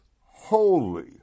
holy